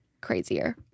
crazier